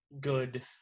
good